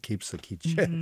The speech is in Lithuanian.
kaip sakyt čia